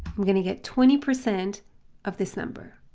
i'm going to get twenty percent of this number.